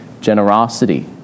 generosity